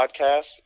Podcast